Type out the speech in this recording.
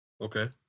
Okay